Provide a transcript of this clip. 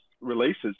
releases